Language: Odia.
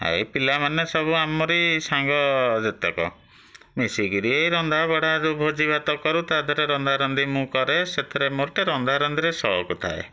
ଏଇ ପିଲାମାନେ ସବୁ ଆମରି ସାଙ୍ଗ ଯେତିକ ମିଶିକରି ରନ୍ଧାବଢ଼ା ଯେଉଁ ଭୋଜିଭାତ କରୁ ତା'ଦେହରେ ରନ୍ଧା ରନ୍ଧି ମୁଁ କରେ ସେଥିରେ ମୋତେ ରନ୍ଧା ରନ୍ଧିରେ ସଉକ ଥାଏ